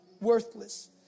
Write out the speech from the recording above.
worthless